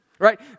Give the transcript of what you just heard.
right